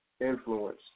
influence